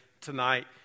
tonight